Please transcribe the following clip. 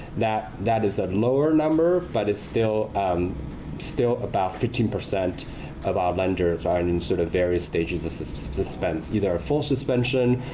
that that is a lower number, but it's still um still about fifteen percent of our lenders are and in sort of various stages of suspense either a full suspension,